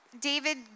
David